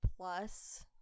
plus